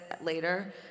later